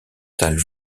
salle